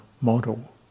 model